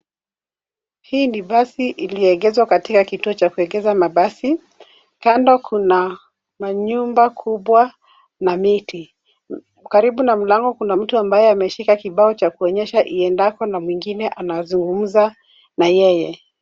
Hii ni basi iliyoegezwa katika kituo cha kuegeza mabasi. Kando kuna manyumba kubwa na miti. Karibu na mlango kuna mtu ambaye ameshika kibao cha kuonyesha iendapo na mwengine anazungumza na yeye.